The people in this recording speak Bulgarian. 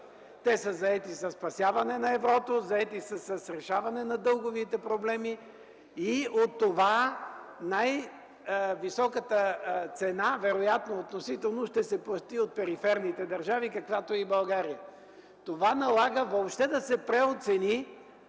Те са заети със спасяване на еврото, заети с решаване на дълговите проблеми и от това най-високата цена, вероятно относително, ще се плати от периферните държави, каквато е и България. Това налага въобще да се преоценят